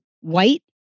white